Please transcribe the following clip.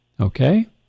Okay